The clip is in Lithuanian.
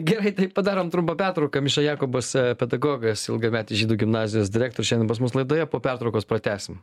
gerai tai padarom trumpą pertrauką miša jakobas pedagogas ilgametis žydų gimnazijos direktorius šiandien pas mus laidoje po pertraukos pratęsim